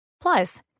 Plus